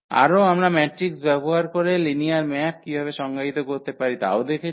আরও আমরা ম্যাট্রিক্স ব্যবহার করে লিনিয়ার ম্যাপ কীভাবে সংজ্ঞায়িত করতে পারি তাও দেখেছি